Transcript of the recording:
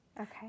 Okay